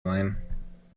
sein